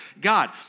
God